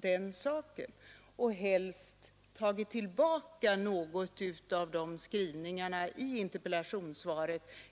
den saken och helst tagit tillbaka något av skrivningarna i interpellationssvaret.